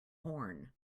horn